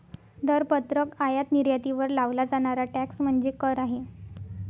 दरपत्रक आयात निर्यातीवर लावला जाणारा टॅक्स म्हणजे कर आहे